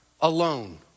alone